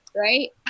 Right